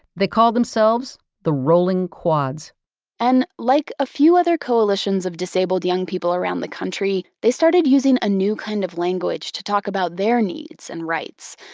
they called themselves the rolling quads and like a few other coalitions of disabled young people around the country, they started using a new kind of language to talk about their needs and rights.